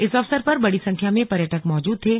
इस अवसर पर बड़ी संख्या में पर्यटक मौजूद थे